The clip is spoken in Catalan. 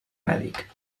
mèdic